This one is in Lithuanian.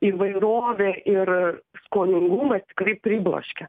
įvairovė ir skoningumas tikrai pribloškia